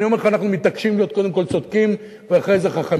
אני אומר לך: אנחנו מתעקשים להיות קודם כול צודקים ואחרי זה חכמים.